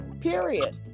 Period